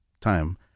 time